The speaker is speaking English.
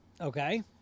Okay